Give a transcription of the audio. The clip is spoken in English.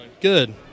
Good